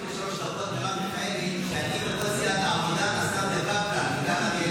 כרגע העלתה מרב מיכאלי,